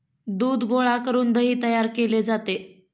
दूध गोळा करून दही तयार केले जाते